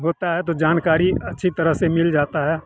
होती है तो जानकारी अच्छी तरह से मिल जाती है